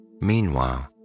Meanwhile